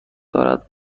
دارد